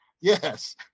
Yes